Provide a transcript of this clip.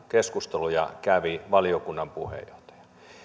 keskusteluja kävin valiokunnan puheenjohtajana